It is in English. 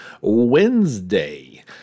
Wednesday